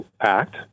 Act